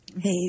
Hey